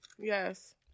Yes